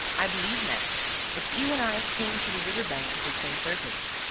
i believe, maitre, that you and i came to the river-bank with the same purpose,